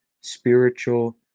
spiritual